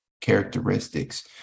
characteristics